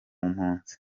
mpunzi